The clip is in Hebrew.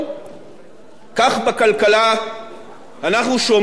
כך בכלכלה אנחנו שומרים על אזרחי ישראל